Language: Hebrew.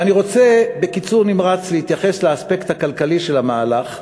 ואני רוצה בקיצור נמרץ להתייחס לאספקט הכלכלי של המהלך,